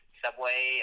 subway